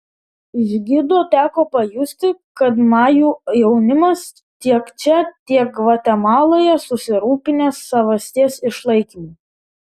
iš gidų teko pajusti kad majų jaunimas tiek čia tiek gvatemaloje susirūpinęs savasties išlaikymu